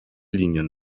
linien